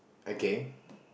okay